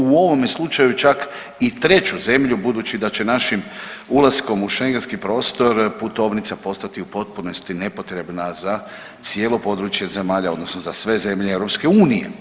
U ovome slučaju čak i treću zemlju budući da će našim ulaskom u Schengenski prostor putovnica postati u potpunosti nepotrebna za cijelo područje zemalja, odnosno za sve zemlje EU.